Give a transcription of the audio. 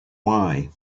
why